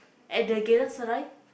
at the Geylang-Serai